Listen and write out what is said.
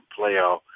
playoff